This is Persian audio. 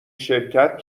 شرکت